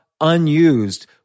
unused